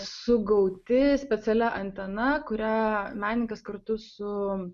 sugauti specialia antena kurią menininkas kartu su